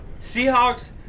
Seahawks